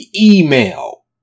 email